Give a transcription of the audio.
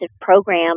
program